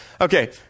Okay